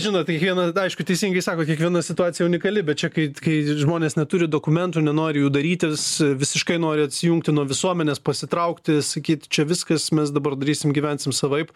žinot kiekvienas aišku teisingai sakot kiekviena situacija unikali bet čia kai kai žmonės neturi dokumentų nenori jų darytis visiškai nori atsijungti nuo visuomenės pasitraukti sakyti čia viskas mes dabar darysim gyvensim savaip